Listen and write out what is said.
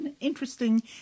interesting